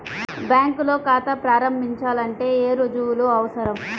బ్యాంకులో ఖాతా ప్రారంభించాలంటే ఏ రుజువులు అవసరం?